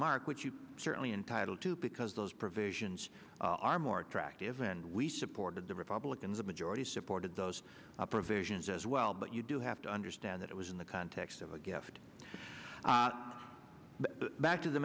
which you certainly entitled to because those provisions are more attractive and we supported the republicans a majority supported those provisions as well but you do have to understand that it was in the context of a gift back to the